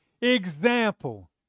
example